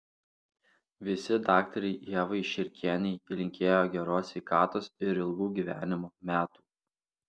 visi daktarei ievai širkienei linkėjo geros sveikatos ir ilgų gyvenimo metų